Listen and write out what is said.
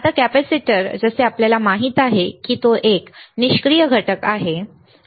आता कॅपेसिटर जसे आपल्याला माहित आहे की तो एक निष्क्रिय घटक आहे बरोबर